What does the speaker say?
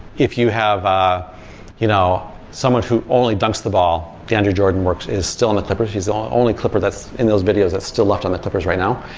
if you have ah you know someone who only dunks the ball, deandre jordan works is still in the clippers. he's the only clipper that's in those videos that's still left on the clippers right now.